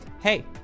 Hey